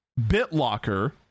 BitLocker